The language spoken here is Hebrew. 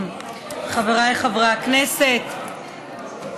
חבריי חברי הכנסת,